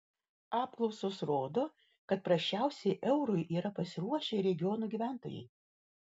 apklausos rodo kad prasčiausiai eurui yra pasiruošę regionų gyventojai